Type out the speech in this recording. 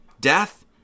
Death